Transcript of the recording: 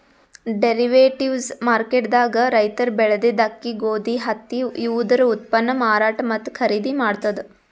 derivatives market ದಾಗ್ ರೈತರ್ ಬೆಳೆದಿದ್ದ ಅಕ್ಕಿ ಗೋಧಿ ಹತ್ತಿ ಇವುದರ ಉತ್ಪನ್ನ್ ಮಾರಾಟ್ ಮತ್ತ್ ಖರೀದಿ ಮಾಡ್ತದ್